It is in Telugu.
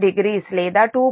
460 లేదా 2